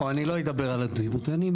אני לא אדבר על הדימותנים.